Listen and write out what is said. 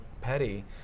petty